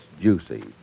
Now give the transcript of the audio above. juicy